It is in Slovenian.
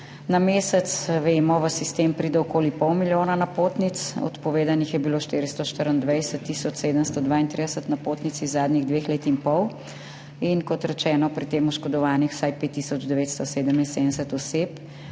Na mesec, vemo, v sistem pride okoli pol milijona napotnic, odpovedanih je bilo 424 tisoč 732 napotnic iz zadnjih dveh let in pol, in kot rečeno, pri tem je bilo oškodovanih vsaj 5 tisoč 977 oseb,